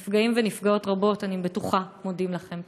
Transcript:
נפגעים ונפגעות רבים, אני בטוחה, מודים לכם.